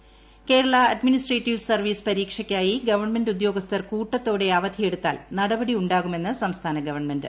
S പരീക്ഷ Kerala administrative service പരീക്ഷയ്ക്കായി government ഉദ്യോഗസ്ഥർ കൂട്ടത്തോടെ അവധിയെടുത്താൽ നടപടി ഉ ാകുമെന്ന് സംസ്ഥാന ഗവൺമെന്റ്